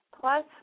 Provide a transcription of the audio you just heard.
Plus